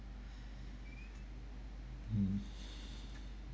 mm